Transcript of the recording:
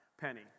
penny